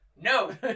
no